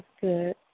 good